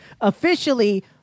officially